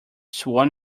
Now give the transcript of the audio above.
swam